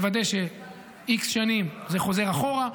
לוודא ש-x שנים זה חוזר אחורה,